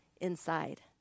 inside